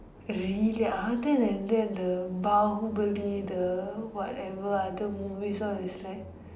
really other than that the Baahubali the whatever other movies all is like